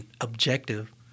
objective